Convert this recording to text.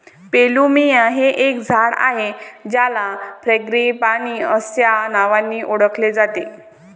plumeria हे एक झाड आहे ज्याला फ्रँगीपानी अस्या नावानी ओळखले जाते